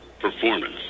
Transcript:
performance